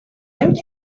and